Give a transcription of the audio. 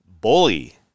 bully